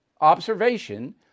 observation